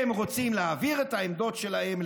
הם רוצים להעביר את העמדות שלהם,